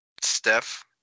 Steph